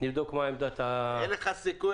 נבדוק מה עמדת --- אין לך סיכוי,